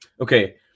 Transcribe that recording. okay